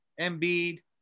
Embiid